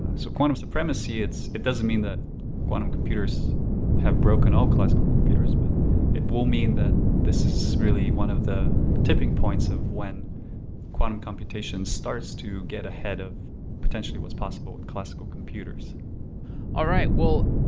so quantum supremacy, it doesn't mean that quantum computers have broken all classical computers but it will mean that this is really one of the tipping points of when quantum computations starts to get ahead of potentially what's possible with classical computers all right, well,